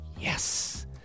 yes